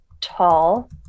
tall